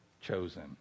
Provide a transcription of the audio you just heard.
chosen